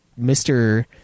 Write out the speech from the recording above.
Mr